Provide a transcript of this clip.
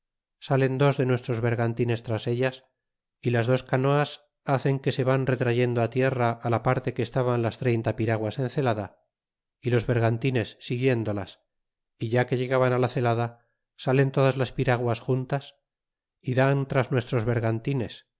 salen dos de nuestros bergantines tras ellas y las dos canoas hacen que se van retrayendo tierra la parte que estaban las treinta piraguas en celada y los bergantines siguiéndolas lt ya que llegaban la celada salen todas las piraguas juntas y dan tras nuestros bergantines